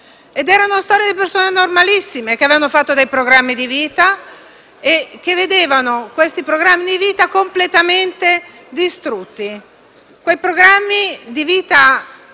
Erano storie di persone normalissime, che avevano fatto dei programmi di vita e che vedevano gli stessi completamente distrutti. Quei programmi di vita